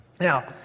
Now